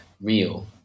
real